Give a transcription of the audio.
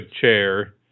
chair